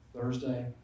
Thursday